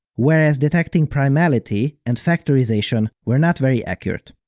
whereas detecting primality and factorization were not very accurate.